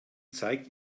zeigt